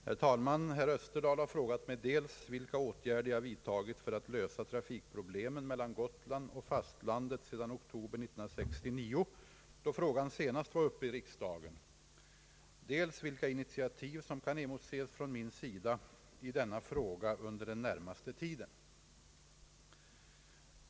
Herr talman! Herr Österdahl har frågat mig dels vilka åtgärder jag vidtagit för att lösa trafikproblemen mellan Gotland och fastlandet sedan oktober 1969, då frågan senast var uppe i riksdagen, dels vilka initiativ som kan emotses från min sida i denna fråga under den närmaste tiden.